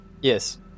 yes